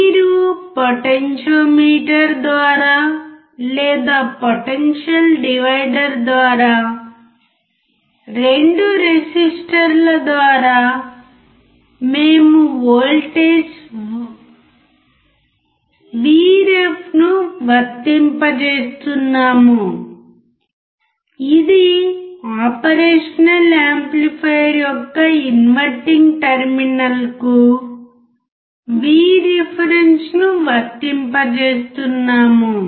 మీరు పొటెన్షియోమీటర్ ద్వారా లేదా పొటెన్షియల్ డివైడర్ ద్వారా 2 రెసిస్టర్ల ద్వారా మేము వోల్టేజ్ 1 Vref ను వర్తింపజేస్తున్నాము ఇది ఆపరేషనల్ యాంప్లిఫైయర్ యొక్క ఇన్వర్టింగ్ టెర్మినల్కు V రిఫరెన్స్ ను వర్తింపజేస్తున్నాము